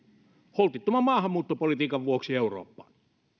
holtittoman maahanmuuttopolitiikan vuoksi eurooppaan